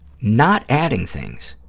not adding things,